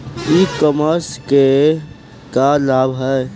ई कॉमर्स क का लाभ ह?